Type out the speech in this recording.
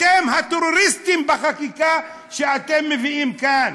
אתם הטרוריסטים, בחקיקה שאתם מביאים כאן.